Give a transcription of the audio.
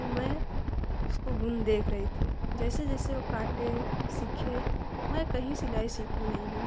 तो मैं उसको गुण देख रही थी जैसे जैसे वो काटे सीखे मैं कहीं सिलाई सीखने नहीं गई